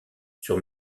sur